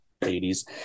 80s